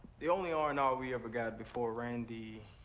the only r and r we ever got before randy.